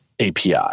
API